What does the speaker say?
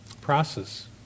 process